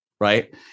right